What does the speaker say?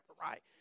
right